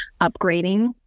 upgrading